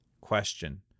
Question